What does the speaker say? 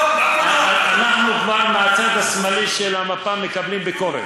אנחנו כבר מהצד השמאלי של המפה מקבלים ביקורת.